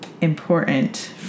important